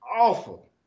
awful